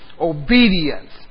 Obedience